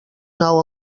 nou